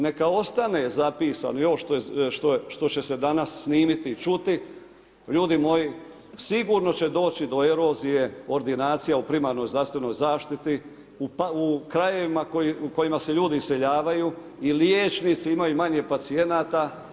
Neka ostane zapisano i ovo što će se danas snimiti i čuti, ljudi moji sigurno će doći do erozije ordinacija u primarnoj zdravstvenoj zaštiti u krajevima u kojima se ljudi iseljavaju i liječnici imaju manje pacijenata.